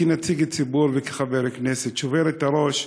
כנציג ציבור וכחבר כנסת שובר את הראש,